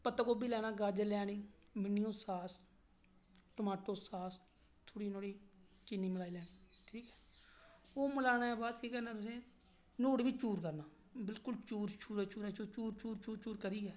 पत्ता गौभी लैना गाजर लैनी मिऔनीज सास टमाटो सास थोहड़ी नुआड़े च चीनी मिलाई लैनी ठीक ऐ ओह् मलाने दे बाद फिह् केह् करना तुसें नुआढ़े च चूर करना बिल्कुल चूर चूरा चूर चूर चूर करियै